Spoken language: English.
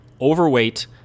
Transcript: overweight